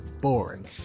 boring